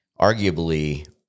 arguably